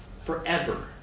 Forever